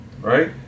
right